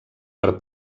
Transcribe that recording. per